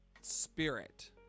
spirit